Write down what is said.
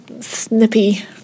snippy